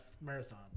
Marathon